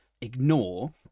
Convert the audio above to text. ignore